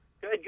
good